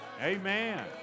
Amen